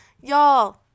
Y'all